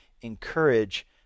encourage